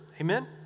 Amen